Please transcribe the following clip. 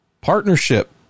partnership